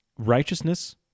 Righteousness